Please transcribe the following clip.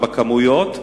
ובכמויות,